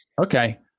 okay